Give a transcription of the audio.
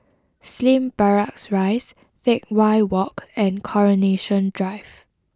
Slim Barracks Rise Teck Whye Walk and Coronation Drive